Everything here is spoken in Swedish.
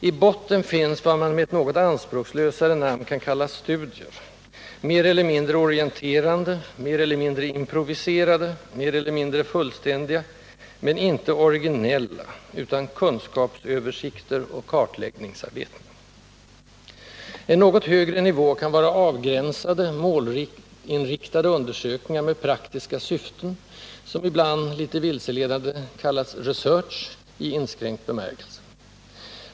I botten finns vad man med ett något anspråkslösare namn kan kalla ”studier” , mer eller mindre orienterande, mer eller mindre improviserade, mer eller mindre fullständiga, men inte originella utan kunskapsöversikter och kartläggningsarbeten. En något högre nivå kan vara avgränsade, målinriktade undersökningar med praktiska syften, som ibland — litet vilseledande — kallats ”research”, i inskränkt bemärkelse.